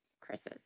Chris's